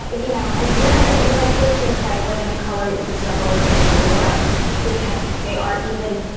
you know, and when i when i hear things like women of color even struggle with this more because they are even,